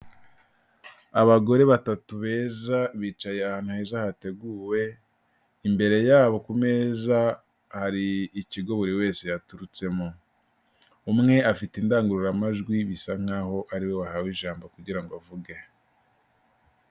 Abagore batatu beza bicaye ahantu heza hateguwe, imbere yabo ku meza hari ikigo buri wese yaturutsemo, umwe afite indangururamajwi bisa nk'aho ari we wahawe ijambo kugira ngo avuge.